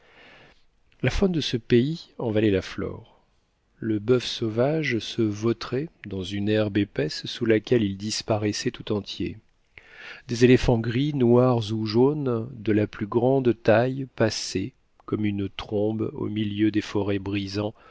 la faune de ce pays en valait la flore le buf sauvage se vautrait dans une herbe épaisse sous laquelle il disparaissait tout entier des éléphants gris noirs ou jaunes de la plus grande taille passaient comme une trombe au milieu des forêts brisant